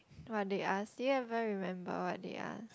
what they ask do you even remember what they ask